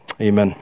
amen